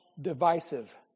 divisive